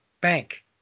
bank